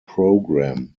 programme